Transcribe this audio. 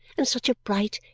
and such a bright,